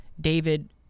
David